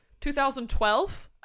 2012